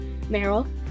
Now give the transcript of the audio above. Meryl